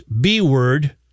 b-word